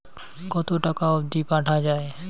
কতো টাকা অবধি পাঠা য়ায়?